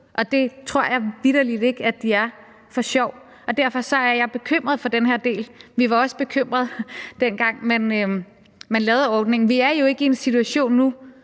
Det tror jeg vitterlig ikke at de er for sjov, og derfor er jeg bekymret for den her del. Vi var også bekymrede, dengang man lavede ordningen. Vi er jo ikke i en situation nu,